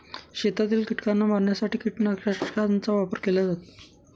शेतातील कीटकांना मारण्यासाठी कीटकनाशकांचा वापर केला जातो